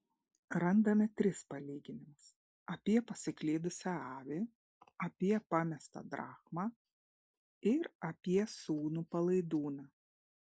randame tris palyginimus apie pasiklydusią avį apie pamestą drachmą ir apie sūnų palaidūną